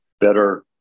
better